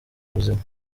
buzima